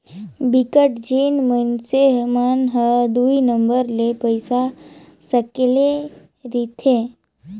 बिकट झिन मइनसे मन हर दुई नंबर ले पइसा सकेले रिथे